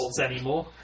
anymore